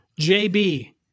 JB